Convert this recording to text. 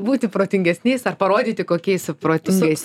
būti protengesniais ar parodyti kokiais protingais